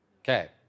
Okay